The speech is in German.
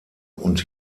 und